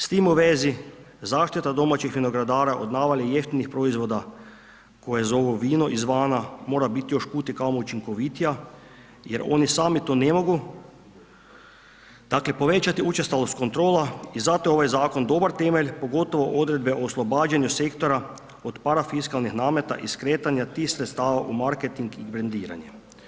S tim u vezi, zaštita domaćih vinogradara od navale jeftinih proizvoda koje zovu vinu izvana, mora biti još kudikamo učinkovitija jer oni sami to ne mogu, dakle povećati učestalost kontrola i zato je ovaj zakon dobar temelj, pogotovo odredbe o oslobađanju sektora od parafiskalnih nameta i skretanja tih sredstava u marketing i brendiranje.